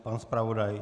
Pan zpravodaj?